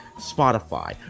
Spotify